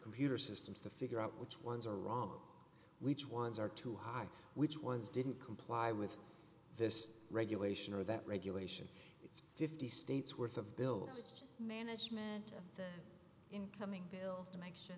computer systems to figure out which ones are wrong which ones are too high which ones didn't comply with this regulation or that regulation it's fifty states worth of bills management incoming bills to